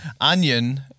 onion